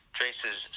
traces